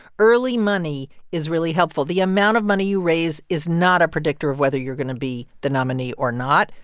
early money is really helpful. the amount of money you raise is not a predictor of whether you're going to be the nominee or not,